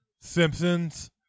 Simpsons